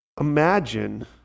Imagine